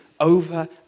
over